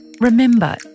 remember